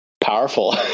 powerful